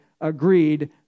agreed